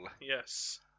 Yes